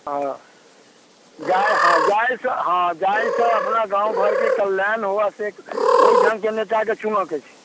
ओ जाहि हँ जाहिसँ जाहिसँ अपना गाँव घरके कल्याण हुए से ओहि ढङ्गके नेताके चुनऽ के छै